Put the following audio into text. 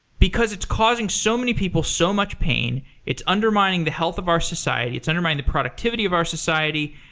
because it's causing so many people so much pain. it's undermining the health of our society. it's undermining the productivity of our society.